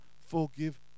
forgive